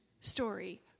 story